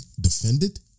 defended